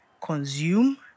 consume